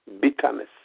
bitterness